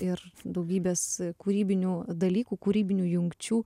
ir daugybės kūrybinių dalykų kūrybinių jungčių